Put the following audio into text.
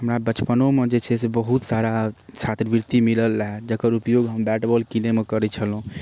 हमरा बचपनोमे जे छै से बहुत सारा छात्रवृत्ति मिलल रहै जकर उपयोग हम बैट बॉल किनैमे करै छलहुँ